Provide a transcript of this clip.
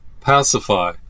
Pacify